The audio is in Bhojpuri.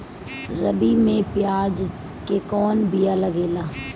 रबी में प्याज के कौन बीया लागेला?